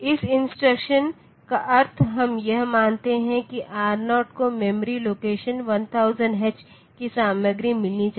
इस इंस्ट्रक्शन का अर्थ हम यह मानते हैं कि आर 0 को मेमोरी लोकेशन 1000 एच की सामग्री मिलनी चाहिए